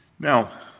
Now